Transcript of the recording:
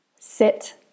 Sit